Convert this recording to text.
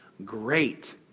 great